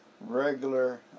regular